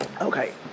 Okay